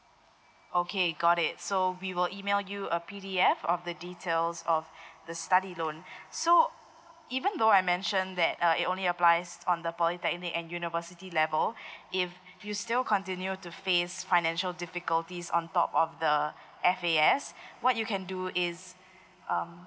okay got it so we will email you a P_D_F of the details of the study loan so even though I mentioned that uh it only applies on the polytechnic and university level if you still continue to face financial difficulties on top of the F_A_S what you can do is um